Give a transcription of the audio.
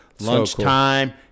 Lunchtime